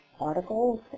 articles